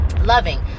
loving